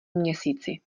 měsíci